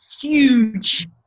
huge